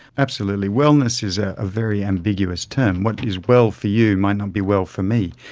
absolutely. wellness is a very ambiguous term. what is well for you might not be well for me.